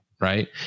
right